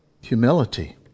humility